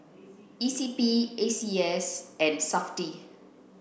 E C P A C S and SAFTI